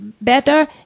better